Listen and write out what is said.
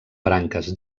branques